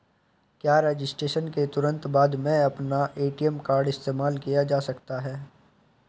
क्या रजिस्ट्रेशन के तुरंत बाद में अपना ए.टी.एम कार्ड इस्तेमाल किया जा सकता है?